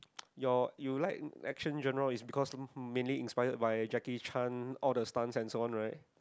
your you like action journal is because many inspire by Jackie-Chan all the stun and so on right